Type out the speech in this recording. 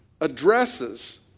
addresses